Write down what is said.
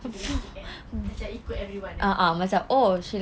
basic eh macam ikut everyone